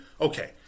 okay